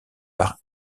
par